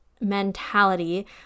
mentality